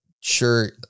sure